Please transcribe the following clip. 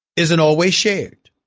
isn't always shaved